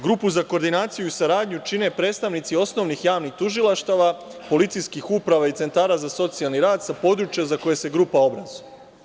Grupu za koordinaciju i saradnju čine predstavnici osnovnih javnih tužilaštava, policijskih uprava i centara za socijalni rad, sa područja sa kojeg se grupa organizuje.